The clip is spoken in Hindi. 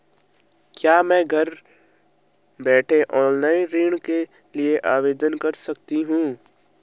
क्या मैं घर बैठे ऑनलाइन ऋण के लिए आवेदन कर सकती हूँ?